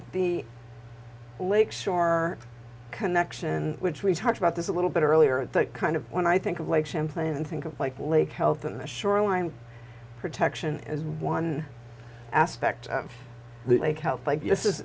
the lake shore connection which we talked about this a little bit earlier that kind of when i think of lake champlain and think of like lake health and the shoreline protection as one aspect of the lake how thank you this is